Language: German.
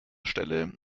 stelle